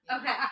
okay